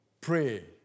pray